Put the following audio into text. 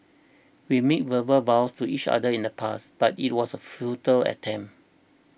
we made verbal vows to each other in the past but it was a futile attempt